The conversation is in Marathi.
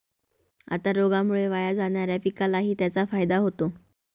आता रोगामुळे वाया जाणाऱ्या पिकालाही त्याचा फायदा होतो